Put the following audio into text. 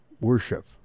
worship